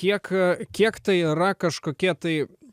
kiek a kiek tai yra kažkokie tai